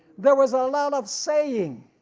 there was a lot of saying,